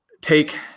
take